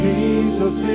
Jesus